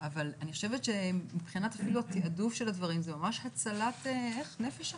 אבל אני חושבת שמבחינת אפילו התיעדוף של הדברים זה ממש הצלת נפש אחת.